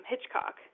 Hitchcock